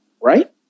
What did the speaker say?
Right